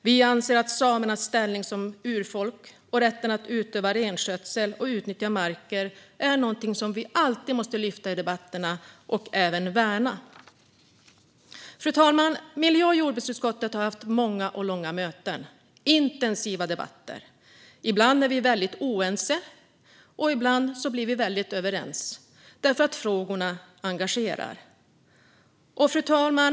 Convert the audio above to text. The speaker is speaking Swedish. Vi anser att samernas ställning som urfolk och rätten att utöva renskötsel och utnyttja marker är någonting som vi alltid måste lyfta fram i debatterna och värna. Fru talman! Miljö och jordbruksutskottet har haft många och långa möten och intensiva debatter. Ibland är vi väldigt oense. Ibland blir vi väldigt överens. Frågorna engagerar. Fru talman!